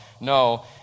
No